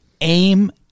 aim